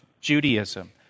Judaism